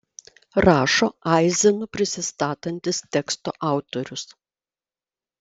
rašo aizenu prisistatantis teksto autorius